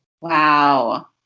Wow